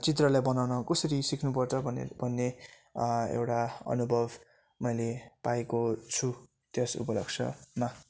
चित्रलाई बनाउन कसरी सिक्नुपर्छ भनेर भन्ने एउटा अनुभव मैले पाएको छु त्यस उपलक्ष्यमा